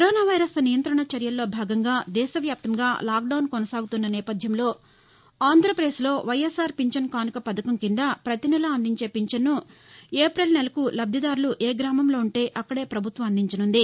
corona virus నియంత్రణ చర్యల్లో భాగంగా దేశ వ్యాప్తంగా లాక్డౌన్ కొనసాగుతున్న నేపథ్యంలో ఆంధ్రప్రదేశ్ లో వైఎస్సార్ పింఛను కానుక పథకం కింద ప్రతినెలా అందించే పింఛన్ను ఏపిల్ నెలకు లబ్దిదారులు ఏ గ్రామంలో ఉంటే అక్కదే ప్రభుత్వం అందించసుంది